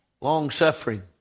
long-suffering